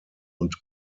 und